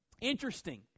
Interesting